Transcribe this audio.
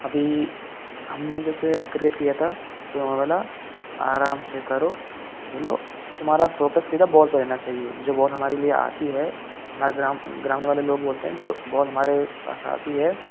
अभी हमने जैसे क्रिकेट किया था तो उन्होंने बोला आराम से करो खेलो तुम्हारा फोकस सिर्फ बॉल पर होना चाहिए जो बाल हमारे लिए आती है हमारे ग्राम ग्रामीण वाले लोग बोलते हैं जो बाल हमारे पास आती है